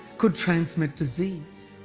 could transmit disease.